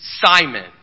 Simon